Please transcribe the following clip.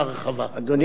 אדוני היושב-ראש,